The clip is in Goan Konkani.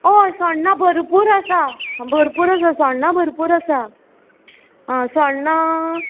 हय सोण्णां भरपूर आसा भरपूर आसा सोण्णां भरपूर आसा आं सोण्णां